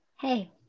Hey